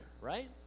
right